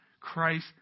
Christ